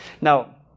Now